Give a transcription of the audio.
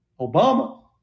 Obama